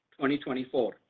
2024